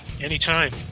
anytime